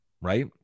right